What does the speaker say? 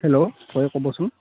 hello হয় ক'বচোন